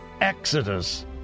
exodus